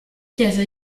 chiese